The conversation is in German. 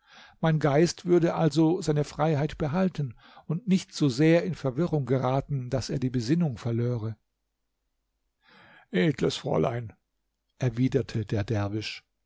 mein geist würde also seine freiheit behalten und nicht so sehr in verwirrung geraten daß er die besinnung verlöre edles fräulein erwiderte der derwisch